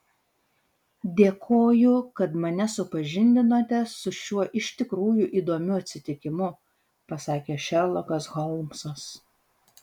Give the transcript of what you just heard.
dėkoju kad mane supažindinote su šiuo iš tikrųjų įdomiu atsitikimu pasakė šerlokas holmsas